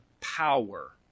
power